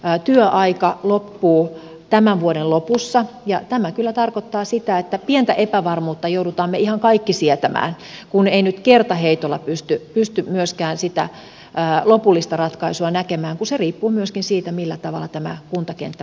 työryhmän työaika loppuu tämän vuoden lopussa ja tämä kyllä tarkoittaa sitä että pientä epävarmuutta me joudumme ihan kaikki sietämään kun ei nyt kertaheitolla pysty myöskään sitä lopullista ratkaisua näkemään koska se riippuu myöskin siitä millä tavalla tämä kuntakenttä muotoutuu